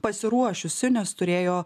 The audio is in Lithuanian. pasiruošiusių nes turėjo